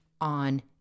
on